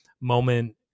moment